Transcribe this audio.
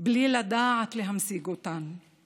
בלי לדעת להמשיג אותן,